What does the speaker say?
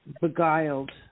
beguiled